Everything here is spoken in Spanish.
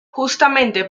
justamente